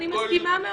אני מסכימה מאוד.